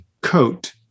coat